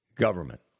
government